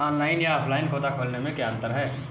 Online या offline खाता खोलने में क्या अंतर है बताएँ?